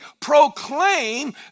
proclaim